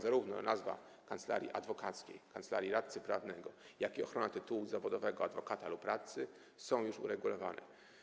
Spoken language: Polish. Zarówno kwestia nazwy kancelarii adwokackiej, kancelarii radcy prawnego, jak i kwestia ochrony tytułu zawodowego adwokata lub radcy są już uregulowane.